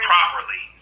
Properly